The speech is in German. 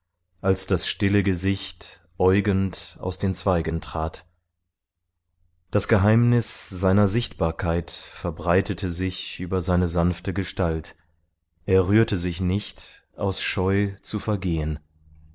als das stille gesicht äugend aus den zweigen trat das geheimnis seiner sichtbarkeit verbreitete sich über seine sanfte gestalt er rührte sich nicht aus scheu zu vergehen